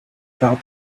about